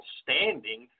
standing